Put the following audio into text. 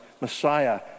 Messiah